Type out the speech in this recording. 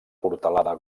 portalada